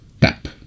tap